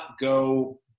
go